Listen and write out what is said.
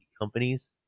companies